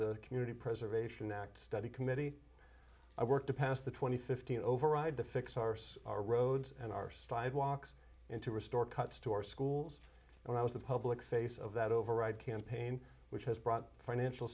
the community preservation act study committee i worked to pass the twenty fifteen override to fix arse our roads and our stride walks into restore cuts to our schools and i was the public face of that override campaign which has brought financial